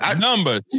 Numbers